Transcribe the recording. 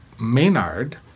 Maynard